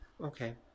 Okay